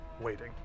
waiting